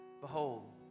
Behold